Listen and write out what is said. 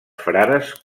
frares